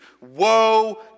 Woe